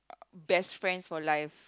best friends for life